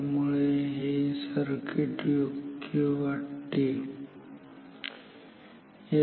त्यामुळे हे सर्किट योग्य वाटते ठीक आहे